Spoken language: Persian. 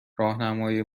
راهنمای